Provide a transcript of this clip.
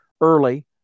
early